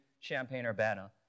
Champaign-Urbana